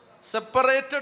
separated